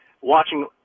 watching